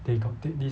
they got take this